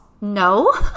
No